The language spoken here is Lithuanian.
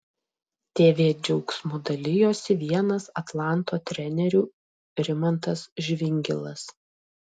tv džiaugsmu dalijosi vienas atlanto trenerių rimantas žvingilas